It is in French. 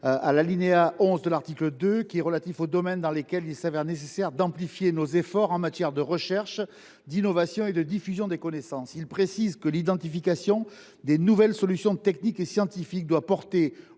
à l’alinéa 11 de l’article 2, relatif aux domaines dans lesquels il est nécessaire d’amplifier nos efforts en matière de recherche, d’innovation et de diffusion des connaissances, que l’identification de nouvelles solutions techniques et scientifiques doit porter